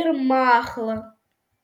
ir machlą